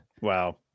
Wow